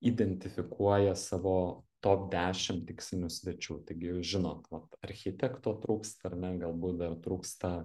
identifikuoja savo top dešim tikslinių svečių taigi jūs žinot vat architekto trūksta ar ne galbūt dar trūksta